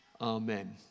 Amen